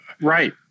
Right